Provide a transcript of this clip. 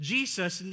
Jesus